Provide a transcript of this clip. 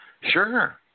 Sure